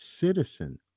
citizen